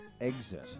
exit